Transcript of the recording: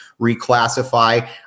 reclassify